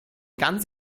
ganz